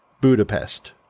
Budapest